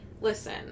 listen